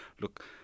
look